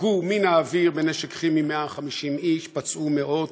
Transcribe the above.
הרגו מן האוויר בנשק כימי 150 איש, פצעו מאות.